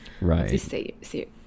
right